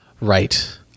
right